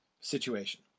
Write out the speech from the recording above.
situation